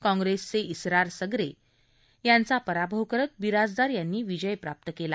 काँग्रेसचे जिरार सगरे यांचा पराभव करत बिराजदार यांनी विजय प्राप्त केला